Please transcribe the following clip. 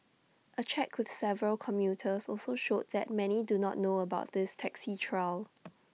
A check with several commuters also showed that many do not know about this taxi trial